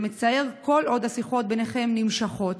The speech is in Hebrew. למצער כל עוד השיחות ביניכם נמשכות".